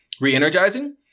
re-energizing